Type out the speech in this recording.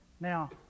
Now